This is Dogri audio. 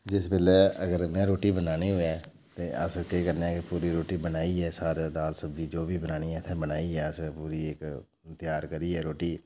जिस बेल्लै अगर में रुट्टी बनानी होऐ ते अस केह् करने आं पूरी रुट्टी बनाइयै सारे दाल सब्जी जो बी बनानी बनाइयै अस पूरी इक तेआर करियै रुट्टी